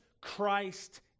Christ